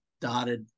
dotted